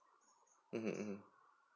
mmhmm mmhmm